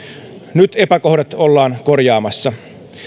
nyt epäkohdat ollaan korjaamassa